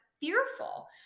fearful